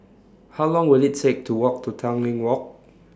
How Long Will IT Take to Walk to Tanglin Walk